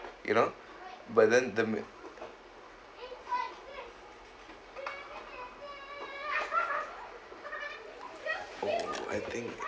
you know but then the oh I think